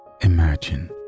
imagine